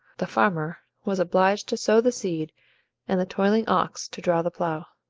the farmer was obliged to sow the seed and the toiling ox to draw the plough.